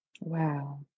Wow